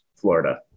Florida